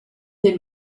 del